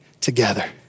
together